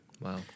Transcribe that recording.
Wow